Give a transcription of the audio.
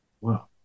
Wow